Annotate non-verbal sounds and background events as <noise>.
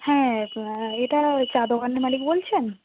হ্যাঁ <unintelligible> এটা চা দোকানের মালিক বলছেন